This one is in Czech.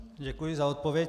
Děkuji za odpověď.